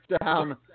down